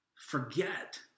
forget